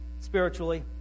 spiritually